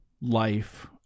life